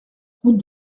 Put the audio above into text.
route